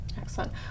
Excellent